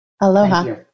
Aloha